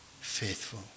faithful